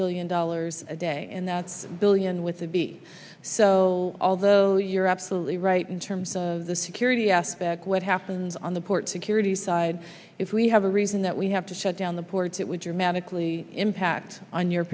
billion dollars a day and that's billion with a b so although you're absolutely right in terms of the security what happens on the port security side if we have a reason that we have to shut down the ports it would dramatically impact on your